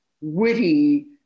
witty